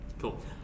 Cool